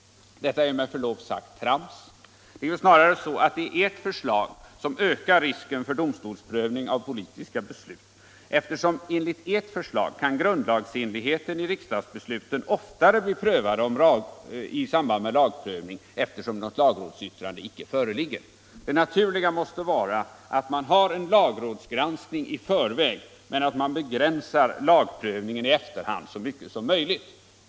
Detta är med förlov sagt trams. Det är snarare ert förslag som ökar risken för domstolsprövning av politiska beslut, eftersom enligt ert förslag grundlagsenligheten i riksdagsbesluten oftare kan bli prövad i samband med lagprövning, då något lagrådsyttrande inte föreligger. Det naturliga måste vara att man har en lagrådsgranskning i förväg men begränsar lagprövningen i efterhand så mycket som möjligt.